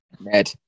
Ned